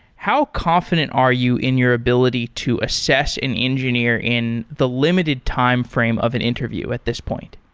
how confident are you in your ability to assess an engineer in the limited timeframe of an interview at this point?